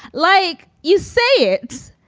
like, you say it.